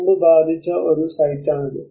മുമ്പ് ബാധിച്ച ഒരു സൈറ്റാണിത്